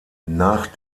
nach